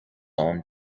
own